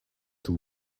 too